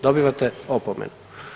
Dobivate opomenu.